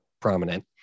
prominent